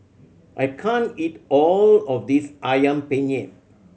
I can't eat all of this Ayam Penyet